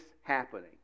happening